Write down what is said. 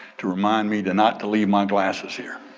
to remind me to not to leave my glasses here.